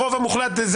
ברוב המוחלט.